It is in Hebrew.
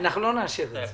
אנחנו לא נאשר את זה.